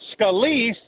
Scalise